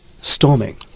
storming